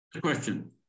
question